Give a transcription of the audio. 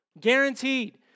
guaranteed